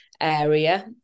area